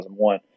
2001